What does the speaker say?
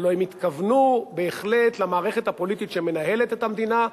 הלוא הם התכוונו בהחלט למערכת הפוליטית שמנהלת את המדינה,